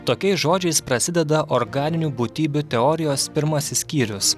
tokiais žodžiais prasideda organinių būtybių teorijos pirmasis skyrius